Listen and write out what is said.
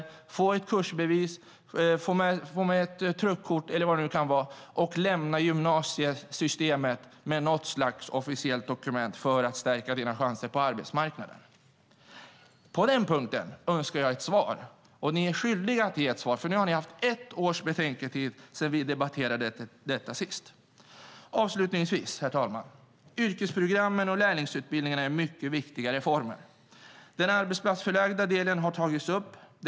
De får med sig ett kursbevis och ett truckkort eller vad det nu kan vara och lämnar gymnasiesystemet med något slags officiellt dokument som kan stärka deras chanser på arbetsmarknaden. På denna punkt önskar jag ett svar, och ni är skyldiga att ge ett svar, för nu har ni haft ett års betänketid sedan vi senast debatterade detta. Herr talman! Yrkesprogrammen och lärlingsutbildningarna är mycket viktiga reformer. Den arbetsplatsförlagda delen har tagits upp här.